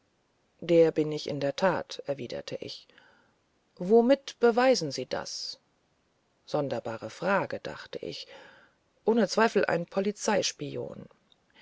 der bin ich in der tat erwiderte ich womit beweisen sie das sonderbare frage dachte ich ohne zweifel ein polizeispion